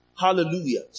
hallelujah